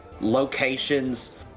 locations